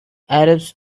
arabs